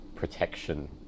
protection